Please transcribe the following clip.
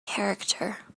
character